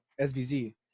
SBZ